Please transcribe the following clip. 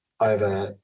over